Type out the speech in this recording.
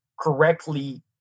correctly